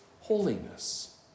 holiness